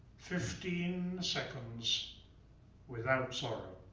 fifteen seconds without sorrow.